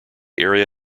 area